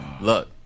look